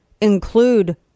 include